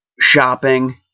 shopping